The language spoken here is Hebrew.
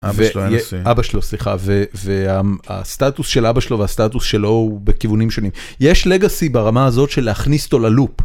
אבא שלו סליחה והסטטוס של אבא שלו והסטטוס שלו הוא בכיוונים שונים יש לגאסי ברמה הזאת של להכניס אותו ללופ.